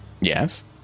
yes